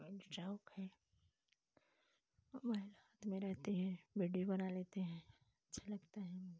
हमें शौक़ है मोबाइल हाथ में रहते हैं विडियो बना लेते हैं अच्छा लगता है मुझे